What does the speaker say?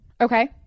Okay